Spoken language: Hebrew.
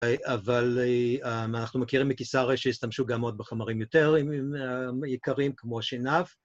אבל אנחנו מכירים מקיסריה שהשתמשו גם עוד בחומרים יותר יקרים כמו שנהב.